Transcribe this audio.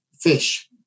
fish